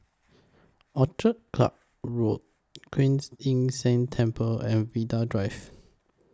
Orchid Club Road Kuan Yin San Temple and Vanda Drive